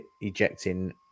ejecting